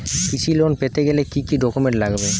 কৃষি লোন পেতে গেলে কি কি ডকুমেন্ট লাগবে?